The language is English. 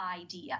idea